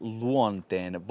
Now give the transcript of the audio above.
luonteen